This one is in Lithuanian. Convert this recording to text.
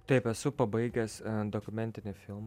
taip esu pabaigęs dokumentinį filmą